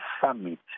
Summit